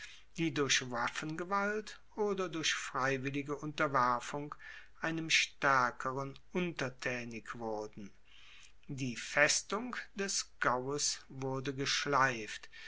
die durch waffengewalt oder auch durch freiwillige unterwerfung einem staerkeren untertaenig wurden die festung des gaues wurde geschleift